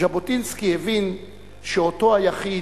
ז'בוטינסקי הבין שאותו היחיד,